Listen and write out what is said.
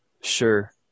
sure